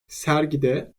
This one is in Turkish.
sergide